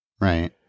Right